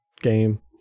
game